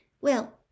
Well